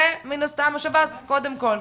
זה מן הסתם השב"ס, קודם כל.